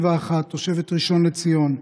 תושבת ראשון לציון,